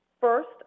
First